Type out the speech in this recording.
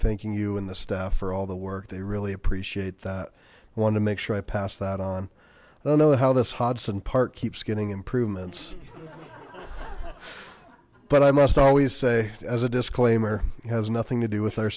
thanking you and the staff for all the work they really appreciate that i wanted to make sure i pass that on i don't know how this hudson park keeps getting improvements but i must always say as a disclaimer has nothing to do with